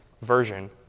version